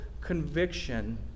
conviction